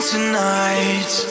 Tonight